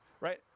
right